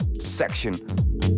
section